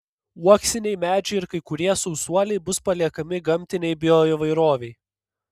uoksiniai medžiai ir kai kurie sausuoliai bus paliekami gamtinei bioįvairovei